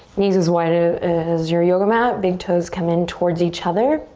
knees as wide ah as your yoga mat. big toes come in towards each other.